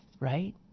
Right